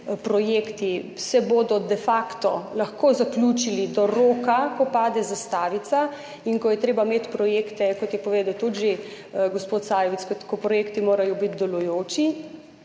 projekti se bodo de facto lahko zaključili do roka, ko pade zastavica in ko je treba imeti projekte, kot je povedal tudi že gospod Sajovic, ko projekti morajo biti delujoči.